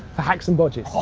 for hacks and bodges. oh,